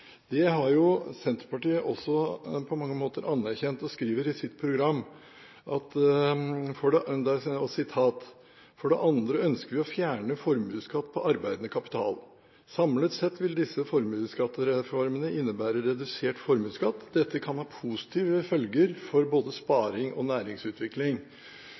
Det har jo Senterpartiet også på mange måter anerkjent, og de skriver i sitt program: «For det andre ønsker vi å fjerne formuesskatt på arbeidende kapital. Samlet sett vil disse formuesskattereformene innebære redusert formuesskatt. Dette kan ha positive følger for både sparing og næringsutvikling